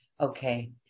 Okay